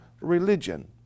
religion